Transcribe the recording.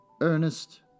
Ernest